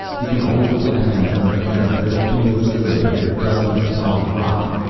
we can always blast them from the air, but it'll do no good if they're dug into solid rock.